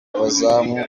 abazamu